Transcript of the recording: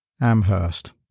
Amherst